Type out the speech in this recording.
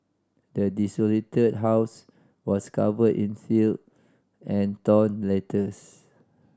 the desolated house was covered in filth and torn letters